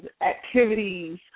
activities